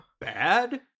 bad